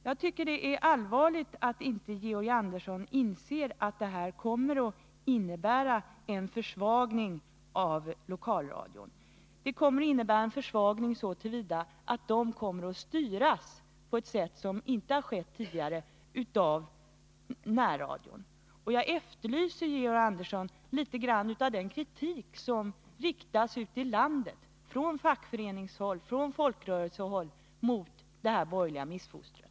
Jag tycker att det är allvarligt att Georg Andersson inte inser att det här kommer att innebära en försvagning av lokalradion. Det kommer att innebära en försvagning så till vida som lokalradion kommer att styras av närradion på ett sätt som tidigare inte har skett. Jag efterlyser, Georg Andersson, litet grand av den kritik som framförs ute i landet från fackföreningshåll och från folkrörelsehåll mot det här borgerliga missfostret.